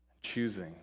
Choosing